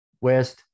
west